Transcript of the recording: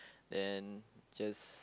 and just